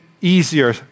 easier